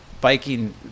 biking